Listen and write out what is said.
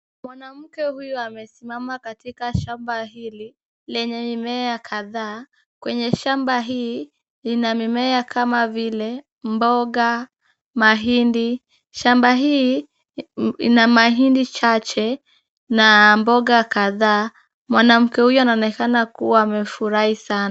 Mwanamke huyu amesimamama katika shamba hili lenye mimea kadhaa. Kwenye shamba hii ina mimea kama vile; mboga, mahindi. Shamba hii ina mahindi chache na mboga kadhaa. Mwanamke huyo anaonekana kuwa amefurahi sana.